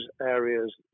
areas